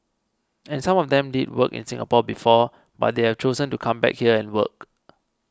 and some of them did work in Singapore before but they have chosen to come back here and work